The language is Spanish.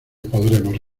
podremos